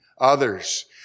others